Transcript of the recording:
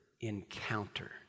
encounter